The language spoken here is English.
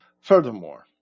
Furthermore